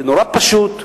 נורא פשוט ולעניין.